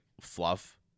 fluff